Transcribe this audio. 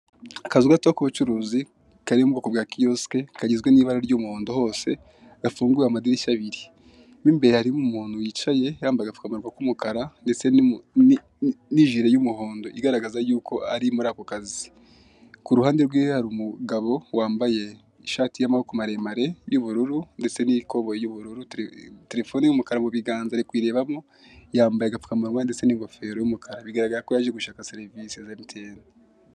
Akazu gato k'ubucuruzi kari mu bwoko bwa kioske kagizwe n'ibara ry'umuhondo hose gafunguye amadirishya abiri, mo imbere harimo umuntu wicaye yambaye agapfukamunwa k'umukara ndetse n'ijire y'umuhondo igaragaza yuko ari muri ako kazi, ku ruhande rwiwe hari umugabo wambaye ishati y'amaboko maremare y'ubururu ndetse n'ikoboyi y'ubururu terefone y'umukara mu biganza ari kuyirebamo yambaye agapfukamunwa ndetse n'ingofero y'umukara bigaragara ko yaje gushaka serivisi za MTN.